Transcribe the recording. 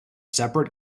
separate